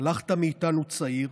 הלכת מאיתן צעיר,